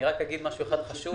אני רק אומר משהו אחד חשוב.